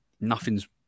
Nothing's